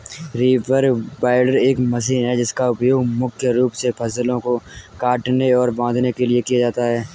reaper binder एक machine है जिसका उपयोग मुख्य रूप से फसलों को काटने और बांधने के लिए किया जाता है